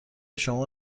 شما